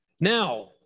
now